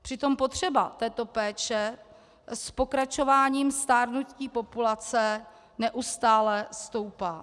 Přitom potřeba této péče s pokračováním stárnutí populace neustále stoupá.